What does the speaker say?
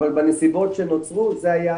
אבל בנסיבות שנוצרו זה היה